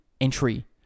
Entry